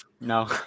No